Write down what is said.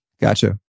Gotcha